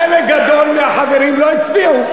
חלק גדול מהחברים לא הצביעו.